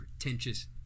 pretentious